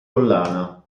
collana